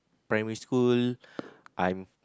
primary school I'm